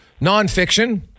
nonfiction